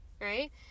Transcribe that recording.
Right